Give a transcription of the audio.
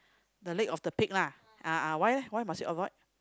the leg of the pig lah a'ah why leh why must you avoid